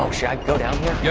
um shot go down yeah